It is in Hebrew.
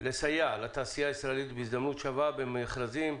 לסייע לתעשייה הישראלית בהזדמנות שווה במכרזים,